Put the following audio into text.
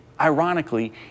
ironically